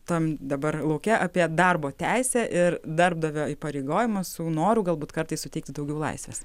tam dabar lauke apie darbo teisę ir darbdavio įpareigojimą su noru galbūt kartais suteikti daugiau laisvės